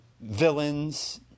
villains